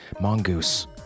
Mongoose